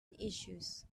issues